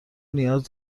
نیاز